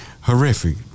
horrific